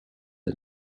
and